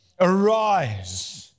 Arise